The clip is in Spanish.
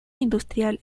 industrial